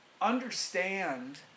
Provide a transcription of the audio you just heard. understand